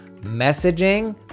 messaging